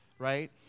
right